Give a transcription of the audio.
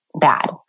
bad